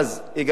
משוגעים,